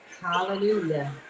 Hallelujah